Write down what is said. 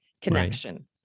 connection